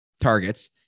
targets